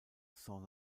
saint